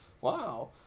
wow